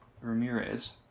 Ramirez